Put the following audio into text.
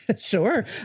sure